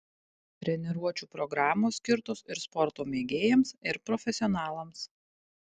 treniruočių programos skirtos ir sporto mėgėjams ir profesionalams